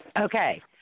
Okay